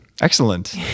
Excellent